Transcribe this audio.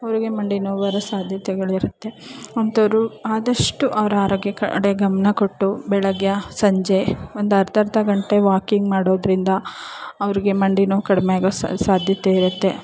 ಅವರಿಗೆ ಮಂಡಿ ನೋವು ಬರೋ ಸಾಧ್ಯತೆಗಳು ಇರುತ್ತೆ ಅಂಥವ್ರು ಆದಷ್ಟು ಅವರ ಆರೋಗ್ಯ ಕಡೆ ಗಮನ ಕೊಟ್ಟು ಬೆಳಗ್ಗೆ ಸಂಜೆ ಒಂದು ಅರ್ಧರ್ಧ ಗಂಟೆ ವಾಕಿಂಗ್ ಮಾಡೋದರಿಂದ ಅವ್ರಿಗೆ ಮಂಡಿ ನೋವು ಕಡಿಮೆ ಆಗೋ ಸಾಧ್ಯ ಸಾಧ್ಯತೆ ಇರುತ್ತೆ